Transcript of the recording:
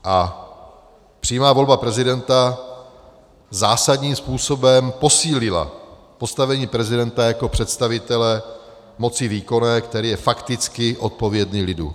A přímá volba prezidenta zásadním způsobem posílila postavení prezidenta jako představitele moci výkonné, který je fakticky odpovědný lidu.